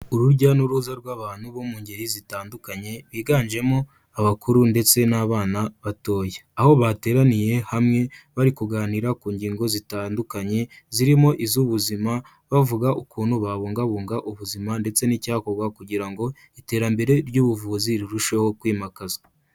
Urujya n'uruza rw'abantu bo mu ngeri zitandukanye biganjemo abakuru ndetse n'abana batoya, aho bateraniye hamwe bari kuganira ku ngingo zitandukanye zirimo iz'ubuzima bavuga ukuntu babungabunga ubuzima ndetse n'icyakorwa kugira ngo iterambere ry'ubuvuzi rirusheho kwimakazwa.